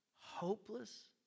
hopeless